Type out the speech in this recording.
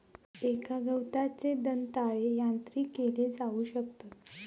एका गवताचे दंताळे यांत्रिक केले जाऊ शकतत